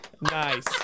Nice